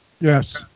yes